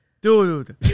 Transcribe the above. Dude